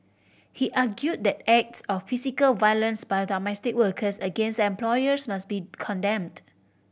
he argued that acts of physical violence by domestic workers against employers must be condemned